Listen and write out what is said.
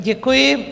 Děkuji.